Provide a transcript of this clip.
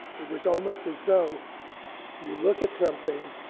it was almost as though you look at something,